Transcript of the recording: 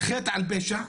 חטא על פשע,